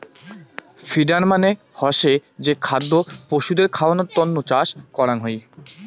feeder মানে হসে যে খাদ্য পশুদের খাওয়ানোর তন্ন চাষ করাঙ হই